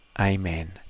Amen